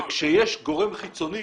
וכשיש גורם חיצוני